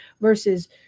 versus